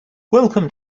welcome